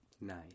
nice